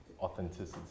authenticity